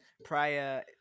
Prior